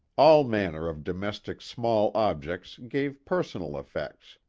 all manner of domestic small objects gave personal effects,